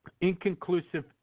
Inconclusive